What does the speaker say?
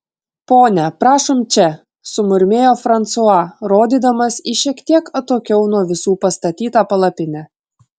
ponia prašom čia sumurmėjo fransua rodydamas į šiek tiek atokiau nuo visų pastatytą palapinę